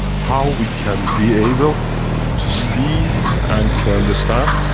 how, we can be able to see and to understand